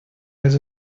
was